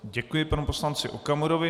Děkuji panu poslanci Okamurovi.